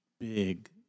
big